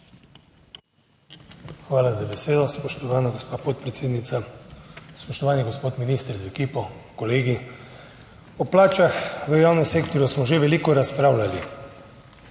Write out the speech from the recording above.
Hvala za besedo, spoštovana gospa podpredsednica. Spoštovani gospod minister z ekipo, kolegi. O plačah v javnem sektorju smo že veliko razpravljali.